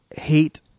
hate